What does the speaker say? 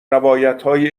روایتهای